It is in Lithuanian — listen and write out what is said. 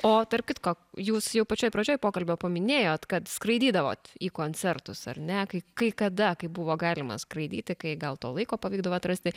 o tarp kitko jūs jau pačioj pradžioj pokalbio paminėjot kad skraidydavot į koncertus ar ne kai kai kada kai buvo galima skraidyti kai gal to laiko pavykdavo atrasti